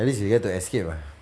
at least you get to escape ah